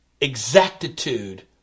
exactitude